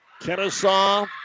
Kennesaw